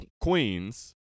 queens